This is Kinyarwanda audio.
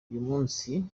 munsi